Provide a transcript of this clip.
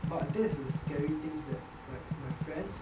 but there's a scary things that like my friends